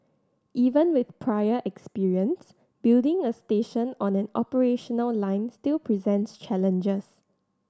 even with prior experience building a station on an operational line still presents challenges